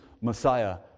Messiah